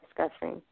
discussing